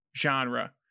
genre